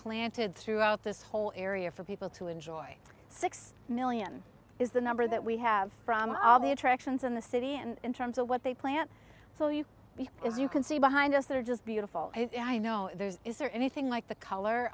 planted throughout this whole area for people to enjoy six million is the number that we have from all the attractions in the city and in terms of what they plant so you as you can see behind us that are just beautiful i know there's is there anything like the color